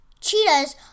Cheetahs